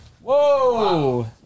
Whoa